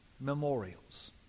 memorials